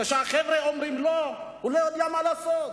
כשהחבר'ה אומרים לא, הוא לא יודע מה לעשות.